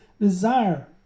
desire